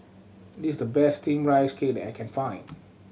this is the best Steamed Rice Cake I can find